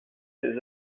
ses